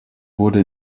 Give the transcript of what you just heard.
wurde